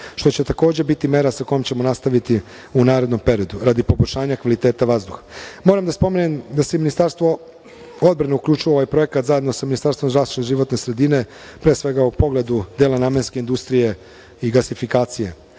što će takođe biti mera sa kojom ćemo nastaviti u narednom periodu, radi poboljšanja kvaliteta vazduha. Moram da spomenem da se Ministarstvo odbrane uključuje u ovaj projekat zajedno sa Ministarstvom zaštite životne sredine, pre svega u pogledu dela namenske industrije i gasifikacije.